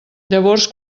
llavors